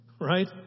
right